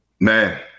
man